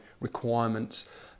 requirements